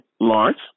Lawrence